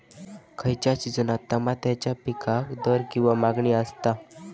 खयच्या सिजनात तमात्याच्या पीकाक दर किंवा मागणी आसता?